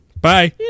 bye